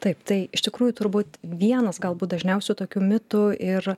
taip tai iš tikrųjų turbūt vienas galbūt dažniausių tokių mitų ir